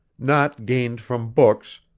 not gained from books,